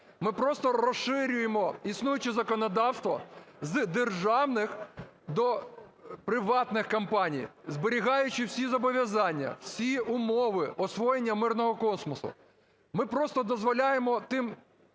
Ми просто розширюємо існуюче законодавство з державних до приватних компаній, зберігаючи всі зобов'язання, всі умови освоєння мирного космосу. Ми просто дозволяємо тим